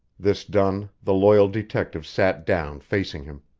this done, the loyal detective sat down facing him.